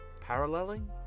Paralleling